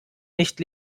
nicht